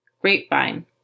Grapevine